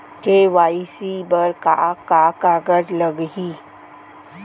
KYC बर का का कागज लागही?